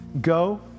Go